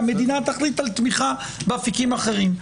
-- כי המדינה תחליט על תמיכה באפיקים אחרים.